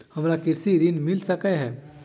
हमरा कृषि ऋण मिल सकै है?